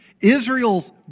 Israel's